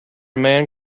man